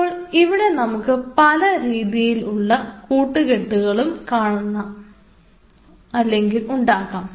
അപ്പോ ഇവിടെ നമുക്ക് പല രീതിയിലുള്ള കൂട്ടുകെട്ടുകളും ഉണ്ടാക്കാം